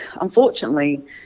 unfortunately